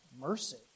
mercy